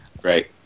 Great